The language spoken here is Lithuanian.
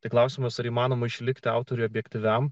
tai klausimas ar įmanoma išlikti autoriui objektyviam